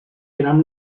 gram